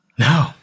No